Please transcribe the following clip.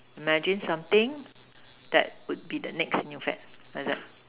imagine something that will be the next new fad like that